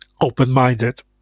open-minded